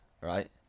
right